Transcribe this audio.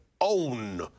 Own